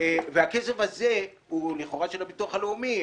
הכסף הזה הוא לכאורה הכסף של הביטוח הלאומי,